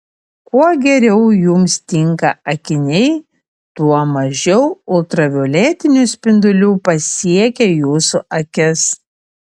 kuo geriau jums tinka akiniai tuo mažiau ultravioletinių spindulių pasiekia jūsų akis